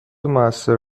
موثر